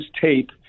tape